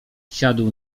siadł